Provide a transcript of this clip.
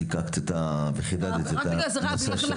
זיקקת וחידדת את הנושא.